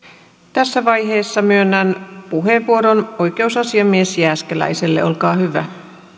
tässä vaiheessa myönnän puheenvuoron oikeusasiamies jääskeläiselle olkaa hyvä